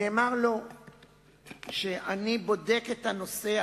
נאמר לו שאני בודק את הנושא: